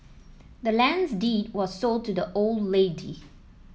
the land's deed was sold to the old lady